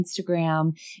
Instagram